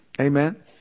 Amen